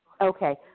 Okay